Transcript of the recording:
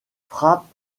frappe